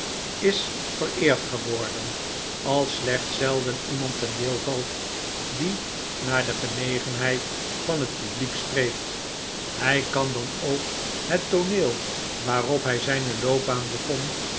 is vereerd geworden als slechts zelden iemand ten deel valt die naar de genegenheid van het publiek streeft hij kan dan ook het tooneel waarop hij zijne loopbaan begon